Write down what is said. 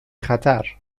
خطر